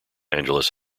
angeles